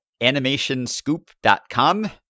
animationscoop.com